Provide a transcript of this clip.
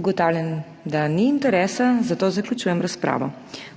Ugotavljam, da ni interesa, zato zaključujem razpravo.